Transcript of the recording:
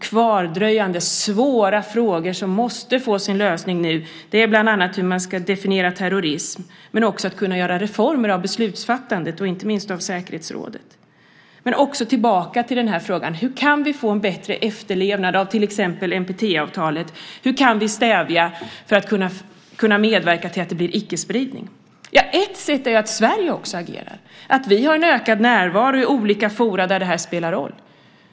Kvardröjande svåra frågor som nu måste få sin lösning är bland annat hur man ska definiera terrorism och hur man ska kunna göra reformer av beslutsfattandet, inte minst i säkerhetsrådet. Men vi kommer också tillbaka till frågan: Hur kan vi få en bättre efterlevnad av exempelvis NPT? Hur kan vi medverka till icke-spridning? Ett sätt är att Sverige också agerar, att vi har en ökad närvaro i olika forum där detta spelar roll.